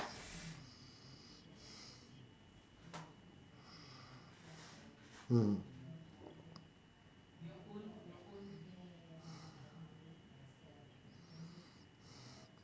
mm mm